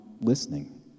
listening